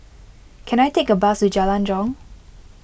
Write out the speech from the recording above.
can I take a bus to Jalan Jong